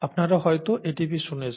আপনারা হয়তো ATP শুনেছেন